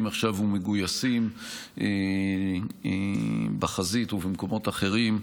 עכשיו ומגויסים בחזית ובמקומות אחרים,